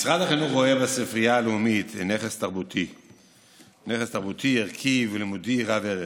משרד החינוך רואה בספרייה הלאומית נכס תרבותי ערכי ולימודי רב-ערך,